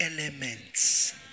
elements